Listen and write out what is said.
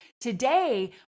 today